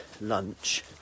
lunch